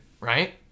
right